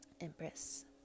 Empress